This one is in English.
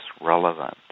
relevant